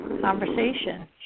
conversation